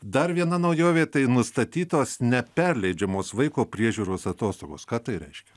dar viena naujovė tai nustatytos neperleidžiamos vaiko priežiūros atostogos ką tai reiškia